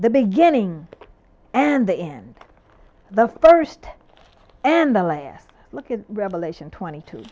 the beginning and the end the first and the last look at revelation twenty two